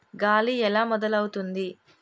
గాలి ఎలా మొదలవుతుంది?